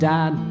Dad